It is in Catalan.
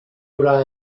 haurà